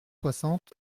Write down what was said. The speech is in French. soixante